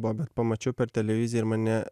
buvo bet pamačiau per televiziją ir mane